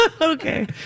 Okay